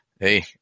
Hey